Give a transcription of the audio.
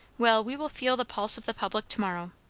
well, we will feel the pulse of the public to-morrow.